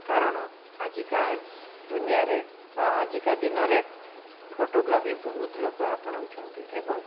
କାରଣ ଆଜିକା ଦୁନିଆରେ ବା ଆଜିକା ଦିନରେ ଫଟୋଗ୍ରାଫି ବହୁତ ଲୋକ ଆପଣଉଛନ୍ତି ଏବଂ